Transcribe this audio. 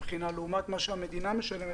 התלמיד לטסט לבין השתתפות המדינה,